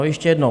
Ještě jednou.